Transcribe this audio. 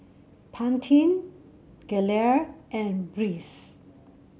Pantene Gelare and Breeze